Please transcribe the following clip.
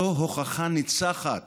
הוא הוכחה ניצחת